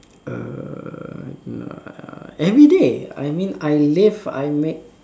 err everyday I mean I live I make